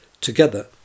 Together